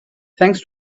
thanks